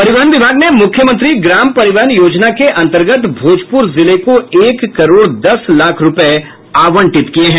परिवहन विभाग ने मुख्यमंत्री ग्राम परिवहन योजना के अंतर्गत भोजपुर जिले को एक करोड़ दस लाख रूपये आवंटित किया है